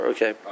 Okay